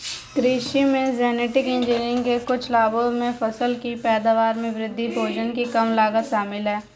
कृषि में genetic engineering के कुछ लाभों में फसल की पैदावार में वृद्धि, भोजन की कम लागत शामिल हैं